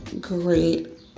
great